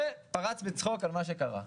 ופרץ בצחוק על מה שקרה.